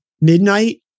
midnight